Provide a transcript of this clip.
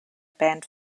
band